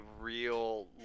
real